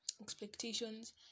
expectations